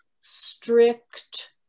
strict